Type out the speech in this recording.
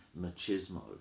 machismo